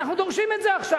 אנחנו דורשים את זה עכשיו.